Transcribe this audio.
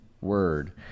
word